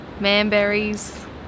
manberries